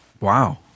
Wow